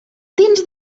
dins